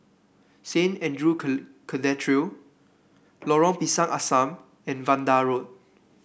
Saint Andrew Cathedral Lorong Pisang Asam and Vanda Road